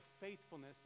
faithfulness